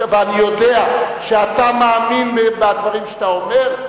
ואני יודע שאתה מאמין בדברים שאתה אומר,